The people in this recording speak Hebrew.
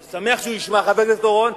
אני אשמח שהוא ישמע, חבר הכנסת אורון,